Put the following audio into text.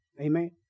Amen